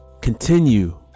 continue